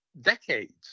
decades